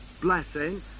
blessing